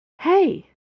Hey